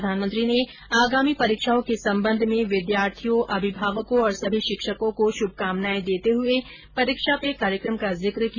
प्रधानमंत्री ने आगामी परीक्षाओं के संबंध में विद्यार्थियों अभिभावकों और सभी शिक्षकों को श्मकामनाएं देते हए परीक्षा पे कार्यक्रम का जिक्र किया